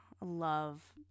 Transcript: Love